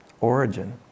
origin